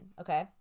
Okay